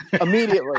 immediately